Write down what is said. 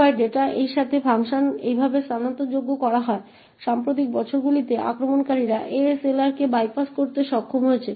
এবং এতে প্রিন্ট করা অক্ষরের সংখ্যার বিষয়বস্তু পূরণ করে এই ক্ষেত্রে 60